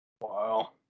Wow